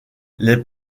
les